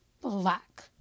Black